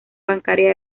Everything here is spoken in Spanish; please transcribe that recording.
bancaria